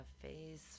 face